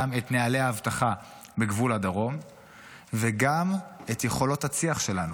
את נוהלי האבטחה בגבול הדרום וגם את יכולות הצי"ח שלנו,